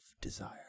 Desire